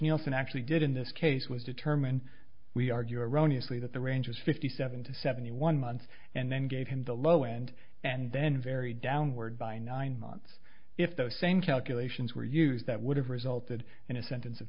nelson actually did in this case was determined we argue erroneously that the range was fifty seven to seventy one months and then gave him the low end and then very downward by nine months if those same calculations were used that would have resulted in a sentence of